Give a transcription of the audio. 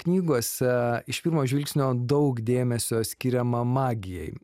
knygose iš pirmo žvilgsnio daug dėmesio skiriama magijai